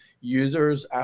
users